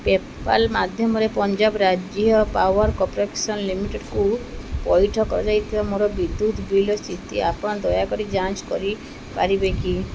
pay Pal ମାଧ୍ୟମରେ ପଞ୍ଜାବ ରାଜ୍ୟ power corporation ଲିମିଟେଡ଼୍କୁ ପଇଠ କରାଇଥିବା ମୋର ବିଦ୍ୟୁତ ବିଲ୍ର ସ୍ଥିତି ଆପଣ ଦୟାକରି ଯାଞ୍ଚ କରିପାରିବେ କି